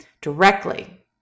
directly